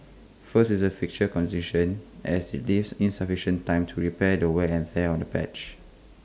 first is A fixture congestion as IT leaves insufficient time to repair the wear and tear on the pitch